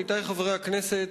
עמיתי חברי הכנסת,